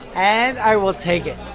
and i will take it